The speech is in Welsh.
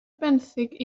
benthyg